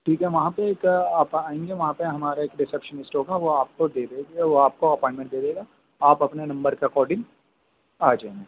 ٹھیک ہے وہاں پہ ایک آئینگے وہاں پہ ہمارے ریشپسنسٹ ہوگا وہ آپ کو دے دے گی وہ آپ کو اپوائنٹمنٹ دے دے گا آپ اپنے نمبر کے اکارڈنگ آ جانا